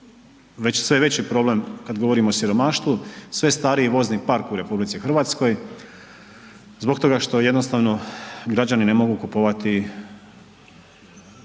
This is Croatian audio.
sve veći problem kad govorimo o siromaštvu, sve stariji vozni park u Republici Hrvatskoj, zbog toga što jednostavno građani ne mogu kupovati novije,